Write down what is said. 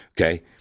Okay